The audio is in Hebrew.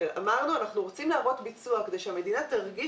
אמרנו שאנחנו רוצים להראות ביצוע כדי שהמדינה תרגיש